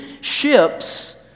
ships